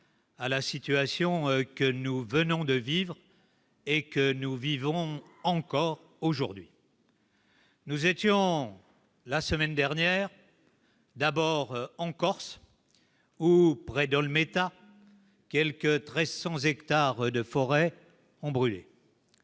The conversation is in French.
à la situation que nous venons de vivre et que nous vivons encore aujourd'hui. Nous étions la semaine dernière, d'abord en Corse, où près d'Olmetta quelque 1300 hectares de forêt ont brûlé,